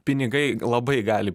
pinigai labai gali